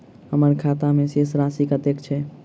हम्मर खाता मे शेष राशि कतेक छैय?